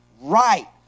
Right